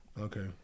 Okay